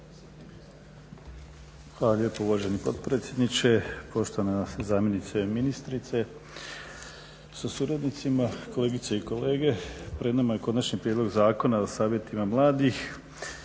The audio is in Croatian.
Hvala lijepo uvaženi potpredsjedniče. Poštovana zamjenice ministrice sa suradnicima, kolegice i kolege. Pred nama je Konačni prijedlog zakona o savjetima mladih